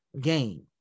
game